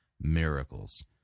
miracles